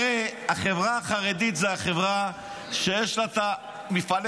הרי החברה החרדית זו החברה שיש לה את מפעלי